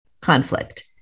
conflict